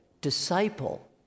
disciple